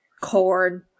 corn